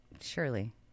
surely